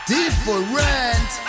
Different